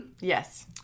Yes